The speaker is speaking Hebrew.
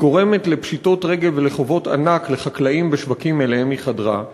היא גורמת לפשיטות רגל ולחובות ענק לחקלאים ולשווקים שאליהם היא חדרה,